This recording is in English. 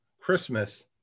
Christmas